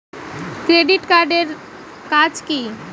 Credit card এর কাজ কি?